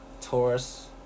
Taurus